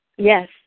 Yes